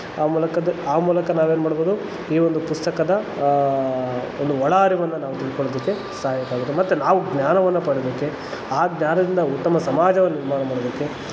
ಆ ಮೂಲಕ ಆ ಮೂಲಕ ನಾವೇನು ಮಾಡ್ಬೋದು ಈ ಒಂದು ಪುಸ್ತಕದ ಒಂದು ಒಳ ಹರಿವನ್ನು ನಾವು ತಿಳ್ಕೊಳ್ಳೋದಕ್ಕೆ ಸಹಾಯಕ ಆಗುತ್ತೆ ಮತ್ತು ನಾವು ಜ್ಞಾನವನ್ನು ಪಡೆಯೋದಕ್ಕೆ ಆ ಜ್ಞಾನದಿಂದ ಉತ್ತಮ ಸಮಾಜವನ್ನು ನಿರ್ಮಾಣ ಮಾಡೋದಕ್ಕೆ